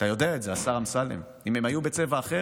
אתה יודע את זה, השר אמסלם, אם הם היו בצבע אחר,